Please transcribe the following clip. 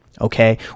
okay